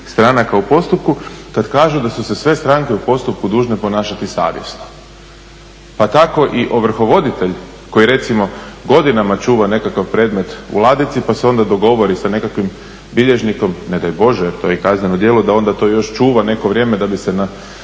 stranaka u postupku kad kažu da su se sve stranke u postupku dužne ponašati savjesno pa tako i ovrhovoditelj koji recimo godinama čuva nekakav predmet u ladici pa se onda dogovori sa nekakvim bilježnikom, ne daj Bože, to je i kazneno djelo da onda to još čuva neko vrijeme da bi se